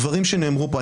הדברים שנאמרו פה,